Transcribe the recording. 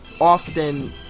often